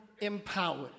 Empowered